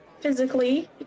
Physically